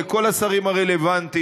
לכל השרים הרלוונטיים.